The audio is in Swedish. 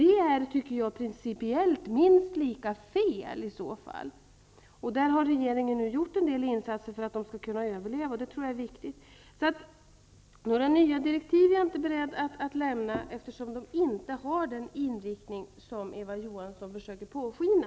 Det är i så fall principiellt minst lika felaktigt. Därför har regeringen nu gjort en del insatser för att de skall kunna överleva, och det är viktigt. Några nya direktiv är jag alltså inte beredd att lämna, eftersom de nuvarande direktiven inte har den inriktning som Eva Johansson försöker påskina.